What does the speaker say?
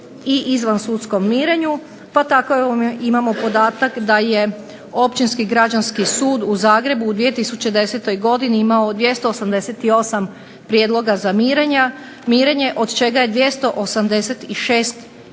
i izvansudskom mirenju, pa tako imamo podatak da je Općinski građanski sud u Zagrebu u 2010. godini imao 288 prijedloga za mirenje, od čega je 286 uspješno